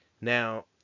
Now